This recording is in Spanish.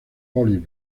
polis